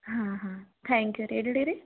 ಹಾಂ ಹಾಂ ಹಾಂ ಥ್ಯಾಂಕ್ ಯು ರೀ ಇಡ್ಲಿರಿ